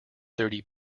thirty